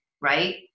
right